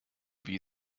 wie